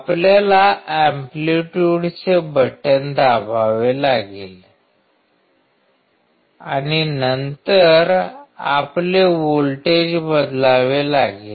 आपल्याला एम्पलीट्युडचे बटण दाबावे लागेल आणि नंतर आपले व्होल्टेज बदलावे लागेल